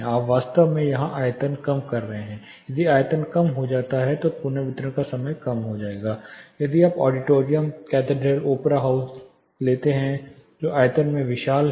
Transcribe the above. आप वास्तव में यहां आयतन कम कर रहे हैं यदि आयतन कम हो जाता है तो पुनर्वितरण का समय कम हो जाएगा यदि आप बड़े ऑडिटोरियम कैथेड्रल ओपेरा हाउस लेते हैं जो आयतन में विशाल हैं